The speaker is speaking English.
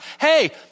hey